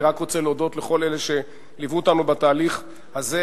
אני רוצה להודות לכל אלה שליוו אותנו בתהליך הזה.